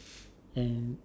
and